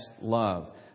love